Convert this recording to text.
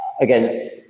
again